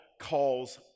calls